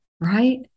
right